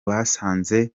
basanze